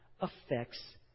affects